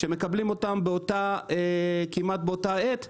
שמקבלים אותם כמעט באותה עת,